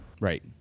right